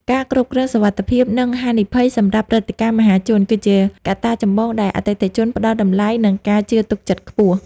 ការគ្រប់គ្រងសុវត្ថិភាព និងហានិភ័យសម្រាប់ព្រឹត្តិការណ៍មហាជន គឺជាកត្តាចម្បងដែលអតិថិជនផ្តល់តម្លៃ និងការជឿទុកចិត្តខ្ពស់។